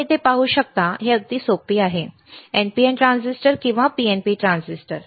आपण येथे पाहू शकता हे अगदी सोपे आहे NPN ट्रान्झिस्टर किंवा PNP ट्रान्झिस्टर